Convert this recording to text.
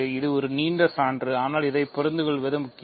இது ஒரு நீண்ட சான்று ஆனால் இதைப் புரிந்துகொள்வது முக்கியம்